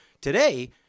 today